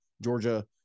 Georgia